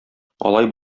алай